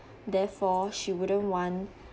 therefore she wouldn't want